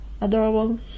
Adorable